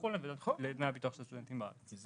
בחו"ל לדמי הביטוח של סטודנטים בארץ.